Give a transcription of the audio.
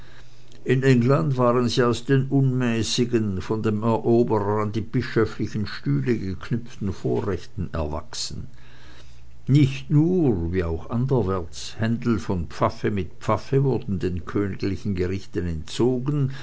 in engelland waren sie aus den unmäßigen von dem eroberer an die bischöflichen stühle geknüpften vorrechten erwachsen nicht nur wie auch anderwärts händel von pfaffe mit pfaffe wurden den königlichen gerichten entzogen